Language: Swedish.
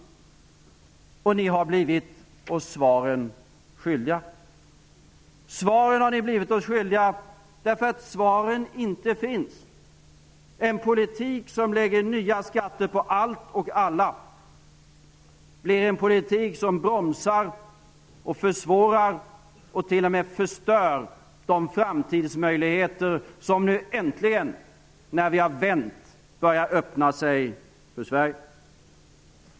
Socialdemokraterna har blivit oss svaren skyldiga, därför att svaren inte finns. En politik som lägger nya skatter på allt och alla blir en politik som bromsar och försvårar och t.o.m. förstör de framtidsmöjligheter som nu äntligen, nu när vi har vänt, börjar öppna sig för Sverige.